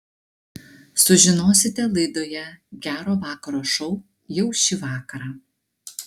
sužinosite laidoje gero vakaro šou jau šį vakarą